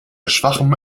schwachem